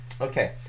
okay